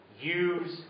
Use